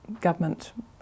government